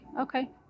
Okay